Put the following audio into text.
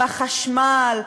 בחשמל,